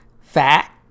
fact